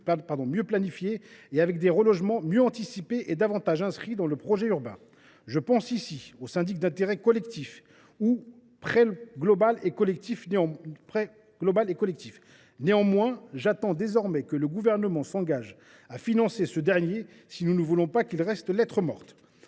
et avec des relogements mieux anticipés et davantage inscrits dans le projet urbain. Je pense ici au syndic d’intérêt collectif et à l’emprunt global et collectif. Néanmoins, j’attends désormais que le Gouvernement s’engage à financer ce dernier, si nous ne voulons pas qu’il reste lettre morte.